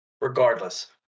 Regardless